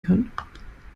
kann